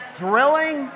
thrilling